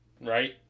right